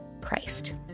Christ